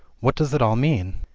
what does it all mean?